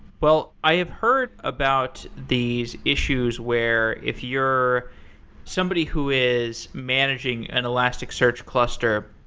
but i have heard about these issues where if you're somebody who is managing an elasticsearch cluster,